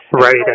Right